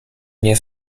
nie